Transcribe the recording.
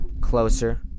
closer